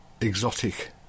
exotic